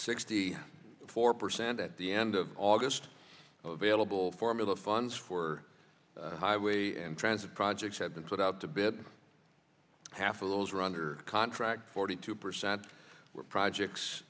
sixty four percent at the end of august vailable formula funds for highway and transit projects have been put up to bed half of those were under contract forty two percent were projects